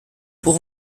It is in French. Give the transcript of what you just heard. pour